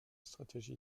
stratégie